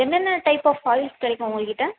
என்னென்ன type of oils கிடைக்கும் உங்கள்கிட்ட